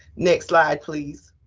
next slide, please.